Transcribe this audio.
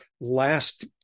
last